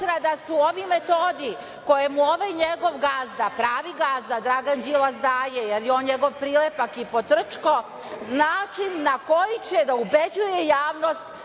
da su ovi metodi koje mu ovaj njegov gazda, pravi gazda, Dragan Đilas, daje jer je on njegov prilepak i potrčko, način na koji će da ubeđuje javnost